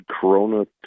corona